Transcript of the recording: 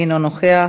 אינו נוכח.